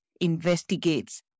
investigates